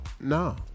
No